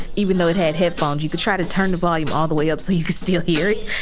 even though it had headphones. you could try to turn the volume all the way up so you could still hear.